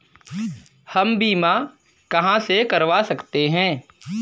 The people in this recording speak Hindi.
हम बीमा कहां से करवा सकते हैं?